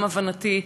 גם הבנתי,